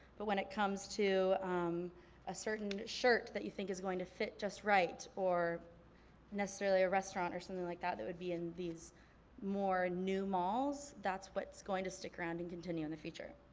but when it comes to um a certain shirt that you think is going to fit just right, or necessarily a restaurant or something like that that would be in these more new malls. that's what's going to stick around and continue in the future.